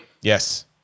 yes